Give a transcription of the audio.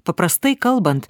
paprastai kalbant